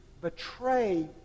betray